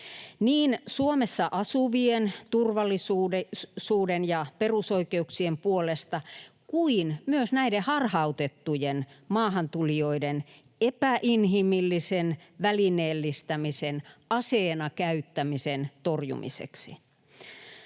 niin Suomessa asuvien turvallisuuden ja perusoikeuksien puolesta kuin myös näiden harhautettujen maahantulijoiden epäinhimillisen välineellistämisen, aseena käyttämisen torjumiseksi.